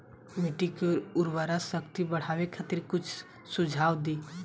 मिट्टी के उर्वरा शक्ति बढ़ावे खातिर कुछ सुझाव दी?